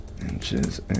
Inches